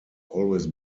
always